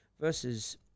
versus